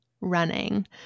running